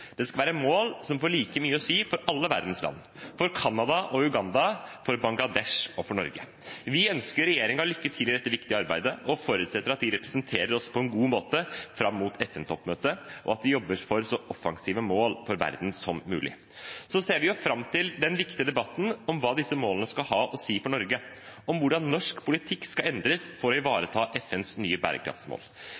Det skal være mål som får like mye å si for alle verdens land – for Canada og Uganda, for Bangladesh og Norge. Vi ønsker regjeringen lykke til i dette viktige arbeidet og forutsetter at de representerer oss på en god måte fram mot FN-toppmøtet, og at det jobbes for så offensive mål for verden som mulig. Så ser vi fram til den viktige debatten om hva disse målene skal ha å si for Norge, om hvordan norsk politikk skal endres for å ivareta FNs nye bærekraftsmål.